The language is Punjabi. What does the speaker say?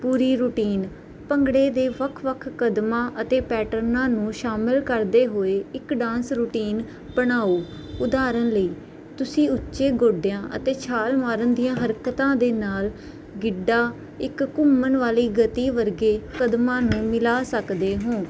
ਪੂਰੀ ਰੁਟੀਨ ਭੰਗੜੇ ਦੇ ਵੱਖ ਵੱਖ ਕਦਮਾਂ ਅਤੇ ਪੈਟਰਨਾਂ ਨੂੰ ਸ਼ਾਮਿਲ ਕਰਦੇ ਹੋਏ ਇੱਕ ਡਾਂਸ ਰੁਟੀਨ ਬਣਾਓ ਉਦਾਹਰਨ ਲਈ ਤੁਸੀਂ ਉੱਚੇ ਗੋਡਿਆਂ ਅਤੇ ਛਾਲ ਮਾਰਨ ਦੀਆਂ ਹਰਕਤਾਂ ਦੇ ਨਾਲ ਗਿੱਡਾ ਇੱਕ ਘੁੰਮਣ ਵਾਲੀ ਗਤੀ ਵਰਗੇ ਕਦਮਾਂ ਨੂੰ ਮਿਲਾ ਸਕਦੇ ਹੋ